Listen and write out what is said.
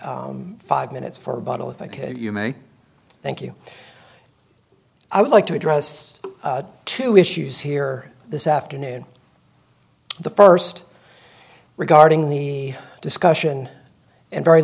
five minutes for a bottle if i could you may thank you i would like to address two issues here this afternoon the first regarding the discussion and very